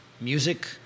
music